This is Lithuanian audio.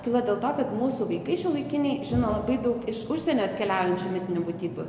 kilo dėl to kad mūsų vaikai šiuolaikiniai žino labai daug iš užsienio atkeliaujančių mitinių būtybių